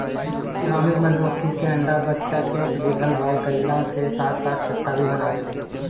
श्रमिक मधुमक्खी अंडा बच्चा के देखभाल कईला के साथे छत्ता भी बनावेले